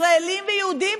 ישראלים ויהודים,